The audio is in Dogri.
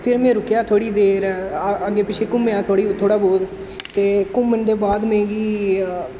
फिर में रुकेआ थोह्ड़ी देर अग्गें पिच्छें घूमेआं थोह्ड़ी थोह्ड़ा ब्हौत ते घूमन दे बाद मिगी